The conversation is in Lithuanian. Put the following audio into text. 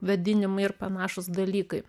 vėdinimai ir panašūs dalykai